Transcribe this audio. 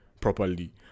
properly